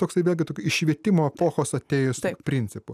toksai vėlgi iš švietimo epochos atėjusiu principu